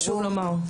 חשוב לומר.